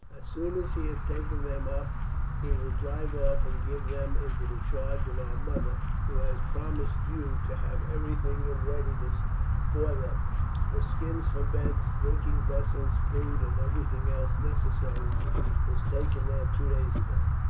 as soon as he has taken them up he will drive off and give them into the charge of our mother, who has promised you to have everything in readiness for them the skins for beds, drinking vessels, food, and everything else necessary was taken there two days ago.